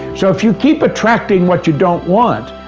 so if you keep attracting what you don't want,